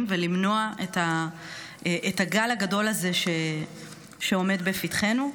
ולמנוע את הגל הגדול הזה שעומד לפתחנו.